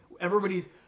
Everybody's